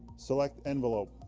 select envelope